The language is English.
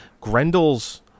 Grendel's